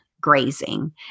Grazing